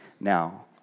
now